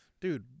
dude